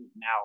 now